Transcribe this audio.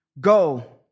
Go